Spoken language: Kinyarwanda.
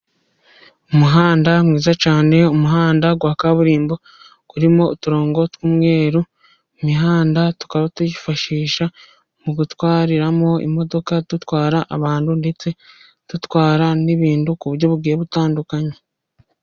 Umuhanda mwiza cyane, umuhanda wa kaburimbo urimo uturongo tw'umweru, imihanda tukaba tuyifashisha mu gutwariramo imodoka, dutwara abantu ndetse dutwara n'ibintu ku buryo bugiye butandukanye.